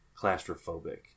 claustrophobic